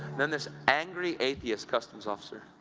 then this angry atheist customs officer.